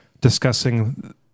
discussing